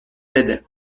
بده